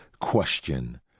question